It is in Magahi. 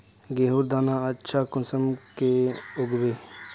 गेहूँर दाना अच्छा कुंसम के उगबे?